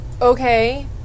Okay